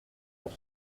pour